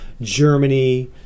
Germany